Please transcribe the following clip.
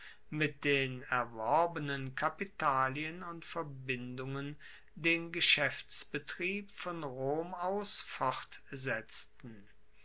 mit den erworbenen kapitalien und verbindungen den geschaeftsbetrieb von rom aus